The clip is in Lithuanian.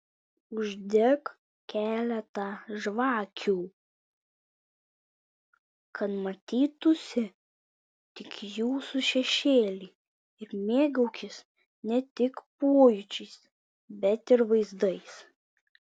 uždek keletą žvakių kad matytųsi tik jūsų šešėliai ir mėgaukis ne tik pojūčiais bet ir vaizdais